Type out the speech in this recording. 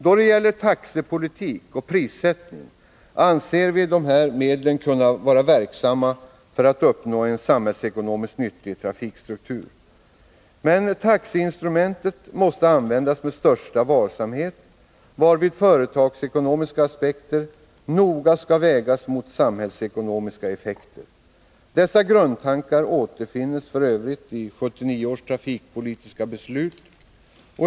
Då det gäller taxepolitik och prissättning anser vi att dessa medel kan vara verksamma för att uppnå en samhällsekonomiskt nyttig trafikstruktur. Men taxeinstrumenten måste användas med största varsamhet, varvid företagsekonomiska aspekter noga måste vägas mot samhällsekonomiska effekter. Dessa grundtankar återfinns f. ö. i 1979 års trafikpolitiska beslut.